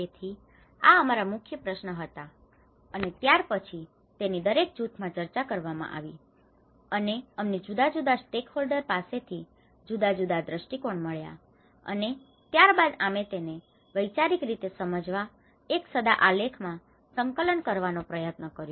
તેથી આ આમારા મુખ્ય પ્રશ્નો હતા અને ત્યાર પછી તેની દરેક જૂથમાં ચર્ચા કરવામાં આવી અને અમને જુદા જુદા સ્ટેકહોલ્ડર પાસેથી જુદા જુદા દ્રષ્ટિકોણ મળ્યા અને ત્યારબાદ આમે તેને વૈચારિક રીતે સમજવા એક સદા આલેખ માં સંકલન કરવાનો પ્રયત્ન કર્યો